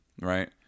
right